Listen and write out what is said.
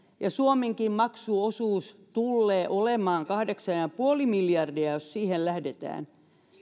ja suomenkin maksuosuus tullee olemaan kahdeksan pilkku viisi miljardia jos siihen lähdetään